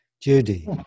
Judy